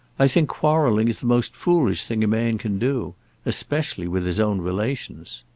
i think quarrelling is the most foolish thing a man can do especially with his own relations.